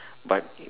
but